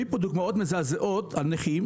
הביאו פה דוגמאות מזעזעות על נכים,